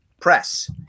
press